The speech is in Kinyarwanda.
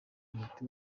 umuti